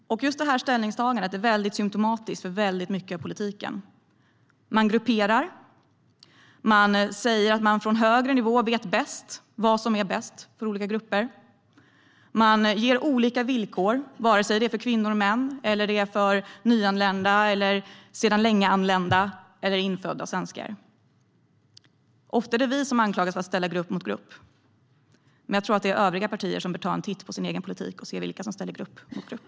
Just det ställningstagandet är väldigt symtomatiskt för mycket av politiken. Man grupperar. Man säger att man från högre nivå vet bäst vad som är bäst för olika grupper. Man ger olika villkor, oavsett om det är för kvinnor, män, nyanlända, sedan länge anlända eller infödda svenskar. Ofta är det vi som anklagas för att ställa grupp mot grupp, men jag tror att det är övriga partier som bör ta en titt på sin egen politik och se vilka som ställer grupp mot grupp.